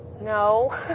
No